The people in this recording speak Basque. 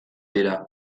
dira